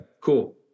cool